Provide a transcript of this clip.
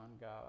God